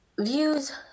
views